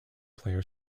player